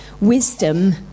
wisdom